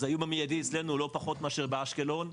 אז האיום המיידי אצלנו לא פחות מאשר באשקלון.